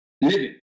living